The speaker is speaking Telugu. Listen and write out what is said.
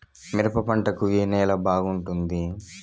మిరప పంట కు ఏ నేల బాగుంటుంది?